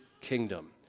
kingdom